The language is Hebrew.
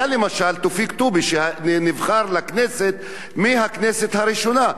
היה למשל תופיק טובי, שנבחר לכנסת מהכנסת הראשונה.